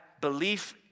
belief